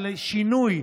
על שינוי,